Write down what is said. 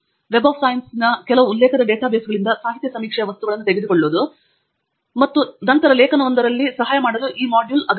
ವಿಜ್ಞಾನದ ವೆಬ್ನಂತಹ ಕೆಲವು ಉಲ್ಲೇಖದ ಡೇಟಾ ಬೇಸ್ಗಳಿಂದ ಸಾಹಿತ್ಯ ಸಮೀಕ್ಷೆಯ ವಸ್ತುಗಳನ್ನು ತೆಗೆದುಕೊಳ್ಳುವುದು ಮತ್ತು ನಂತರ ಲೇಖನವೊಂದರಲ್ಲಿ ನಿಮಗೆ ಸಹಾಯ ಮಾಡಲು ಈ ಮಾಡ್ಯೂಲ್ನ ಗುರಿಯಾಗಿದೆ